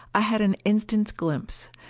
i had an instant's glimpse.